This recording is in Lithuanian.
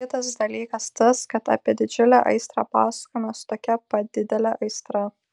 kitas dalykas tas kad apie didžiulę aistrą pasakojama su tokia pat didele aistra